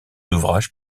ouvrages